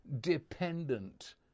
dependent